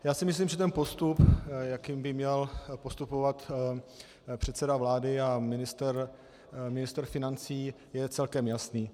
Já si myslím, že ten postup, jakým by měl postupovat předseda vlády a ministr financí, je celkem jasný.